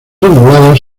onduladas